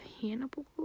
hannibal